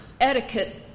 etiquette